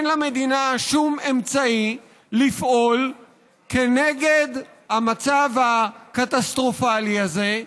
אין למדינה שום אמצעי לפעול נגד המצב הקטסטרופלי הזה.